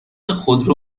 خودرو